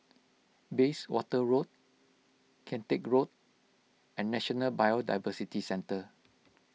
Bayswater Road Kian Teck Road and National Biodiversity Centre